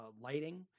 lighting